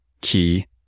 key